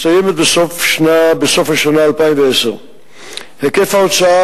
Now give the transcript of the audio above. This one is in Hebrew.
מסתיימת בסוף השנה 2010. היקף ההוצאה